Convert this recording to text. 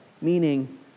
meaning